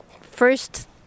first